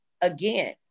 again